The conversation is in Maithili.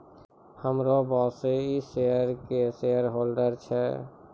हमरो बॉसे इ शेयर के शेयरहोल्डर छै